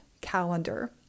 calendar